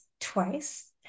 twice